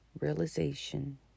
realization